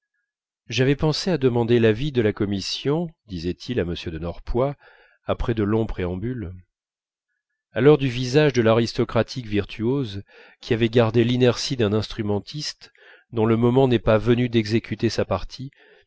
j'avais pensé à demander l'avis de la commission disait-il à m de norpois après de longs préambules alors du visage de l'aristocratique virtuose qui avait gardé l'inertie d'un instrumentiste dont le moment n'est pas venu d'exécuter sa partie